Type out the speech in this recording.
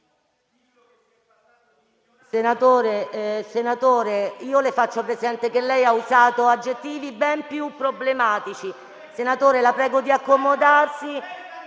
Senatore Bagnai, le faccio presente che lei ha usato aggettivi ben più problematici. La prego di accomodarsi